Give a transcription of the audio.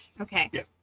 Okay